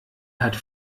hat